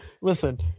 listen